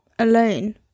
Alone